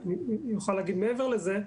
ואני יכול להגיד מעבר לזה,